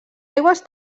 aigües